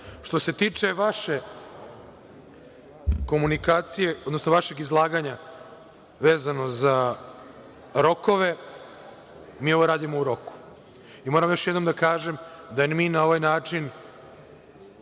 odnosno vašeg izlaganja vezano za rokove, mi ovo radimo u roku. Moram još jednom da kažem da mi na ovaj način